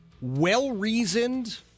well-reasoned